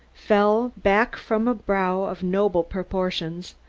fell back from a brow of noble proportions,